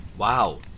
Wow